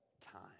time